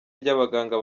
ry’abaganga